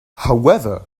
however